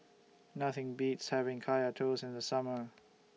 Nothing Beats having Kaya Toast in The Summer